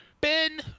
Ben